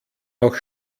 noch